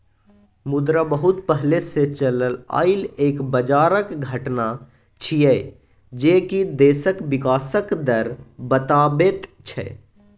मुद्रा बहुत पहले से चलल आइल एक बजारक घटना छिएय जे की देशक विकासक दर बताबैत छै